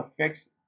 affects